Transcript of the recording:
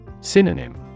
Synonym